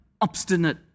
obstinate